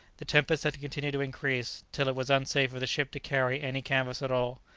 the tempest had continued to increase, till it was unsafe for the ship to carry any canvas at all.